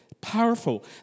Powerful